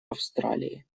австралии